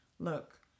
Look